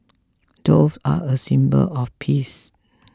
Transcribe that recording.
doves are a symbol of peace